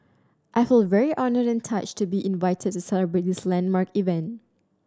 I feel very honoured and touched to be invited to celebrate this landmark event